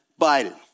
Biden